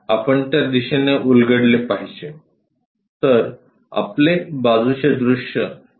तर आपले बाजूचे दृश्य येथे आहे